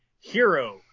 Hero